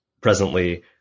presently